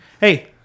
hey